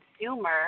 consumer